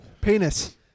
Penis